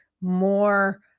more